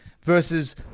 versus